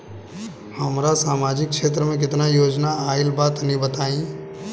हमरा समाजिक क्षेत्र में केतना योजना आइल बा तनि बताईं?